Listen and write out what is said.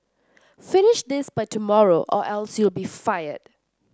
finish this by tomorrow or else you'll be fired